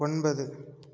ஒன்பது